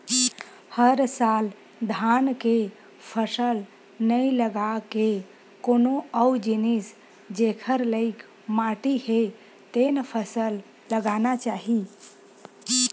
हर साल धान के फसल नइ लगा के कोनो अउ जिनिस जेखर लइक माटी हे तेन फसल लगाना चाही